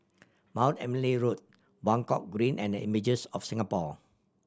Mount Emily Road Buangkok Green and Images of Singapore